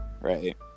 right